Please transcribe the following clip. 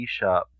eShop